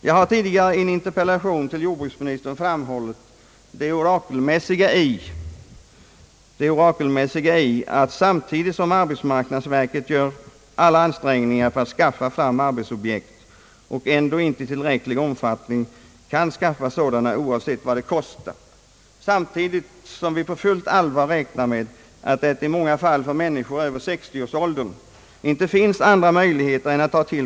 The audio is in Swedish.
Jag har tidigare i en interpellation = till — jordbruksministern framhållit det orakelmässiga i att samtidigt som arbetsmarknadsverket gör alla ansträngningar för att skaffa fram arbetsobjekt och ändå inte i tillräcklig omfattning kan åstadkomma sådana oavsett vad de kostar, och samtidigt som vi på fullt allvar räknar med att det för människor över 60-årsåldern i många fall inte finns andra möjligheter att ta til!